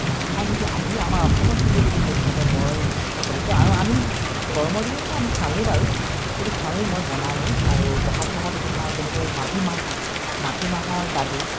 নাখায় নেকি আহি আমাৰ অসমত কিন্তু এইটো বিশেষভাৱে বৰ প্ৰচলিত আৰু আমি গৰমৰ দিনততো আমি খাওঁৱেই বাৰু এইটো খাওঁৱেই মই বনাওঁৱেই আৰু বহাগ মাহত এইটো খাওঁ যেনেকৈ মাটিমাহ মাটিমাহৰ দালি